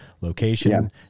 location